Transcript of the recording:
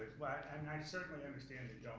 i mean i certainly understand that